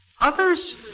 others